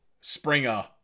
Springer